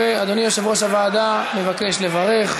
אדוני יושב-ראש הוועדה מבקש לברך.